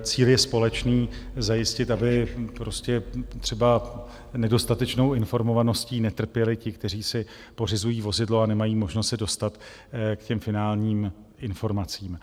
Cíl je společný, zajistit, aby prostě třeba nedostatečnou informovaností netrpěli ti, kteří si pořizují vozidlo, a nemají možnost se dostat k těm finálním informacím.